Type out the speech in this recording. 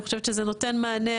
אני חושבת שזה נותן מענה,